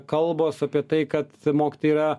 kalbos apie tai kad mokytojai yra